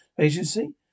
Agency